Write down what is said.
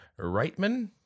Reitman